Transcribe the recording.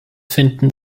finden